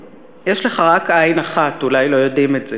יש לך רק עין אחת, אולי לא יודעים את זה.